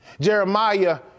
Jeremiah